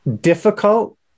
difficult